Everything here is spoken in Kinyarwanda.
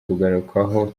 kugarukwaho